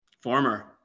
Former